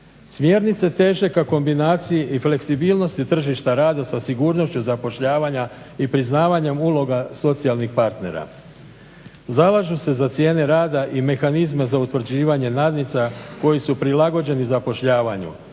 Smjernice teže ka kombinaciji i fleksibilnosti tržišta rada sa sigurnošću zapošljavanja i priznavanjem uloga socijalnih partnera. Zalažu se za cijene rada i mehanizme za utvrđivanje nadnica koji su prilagođeni zapošljavanju